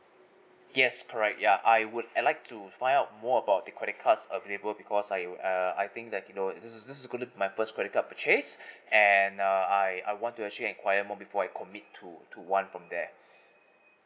yes correct ya I would I'd like to find out more about the credit cards available because I would uh I think that you know this is this is gonna be my first credit card purchase and uh I I want to actually enquire more before I commit to to one from there